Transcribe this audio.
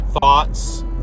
thoughts